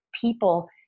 people